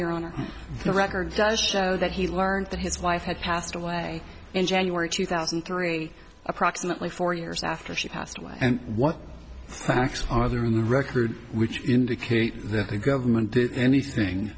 are on the record does show that he learned that his wife had passed away in january two thousand and three approximately four years after she passed away and what facts are there in the record which indicate that the government did anything